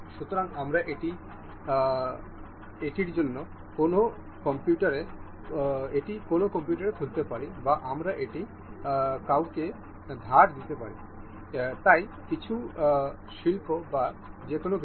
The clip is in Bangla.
সুতরাং আমরা এটি অন্য কোনও কম্পিউটারে খোলতে পারি বা আমরা এটি কাউকে ধার দিতে পারি তাই কিছু শিল্প বা যে কোনও কিছু